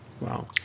Wow